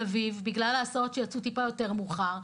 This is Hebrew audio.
אביב בגלל הסעות שיצאו מעט יותר מאוחר.